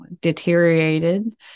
deteriorated